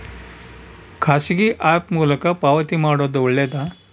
ಖಾಸಗಿ ಆ್ಯಪ್ ಮೂಲಕ ಪಾವತಿ ಮಾಡೋದು ಒಳ್ಳೆದಾ?